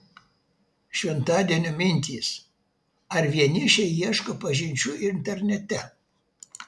šventadienio mintys ar vienišiai ieško pažinčių internete